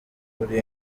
uri